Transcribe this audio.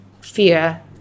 fear